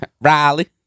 Riley